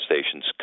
stations